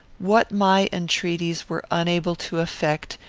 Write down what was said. what my entreaties were unable to effect,